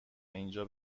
اینجا